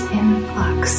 influx